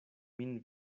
min